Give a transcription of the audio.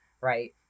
right